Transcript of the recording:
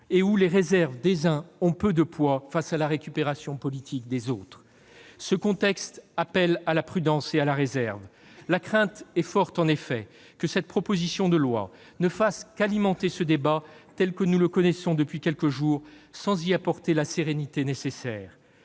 et où les réserves des uns ont peu de poids face à la récupération politique des autres. Ce contexte appelle à la prudence et à la réserve. La crainte est forte en effet que cette proposition de loi ne fasse qu'alimenter le débat tel que nous le connaissons depuis quelques jours, sans y apporter la sérénité nécessaire.